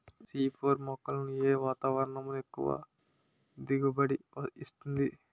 C four మొక్కలను ఏ వాతావరణంలో ఎక్కువ దిగుబడి ఇస్తుంది?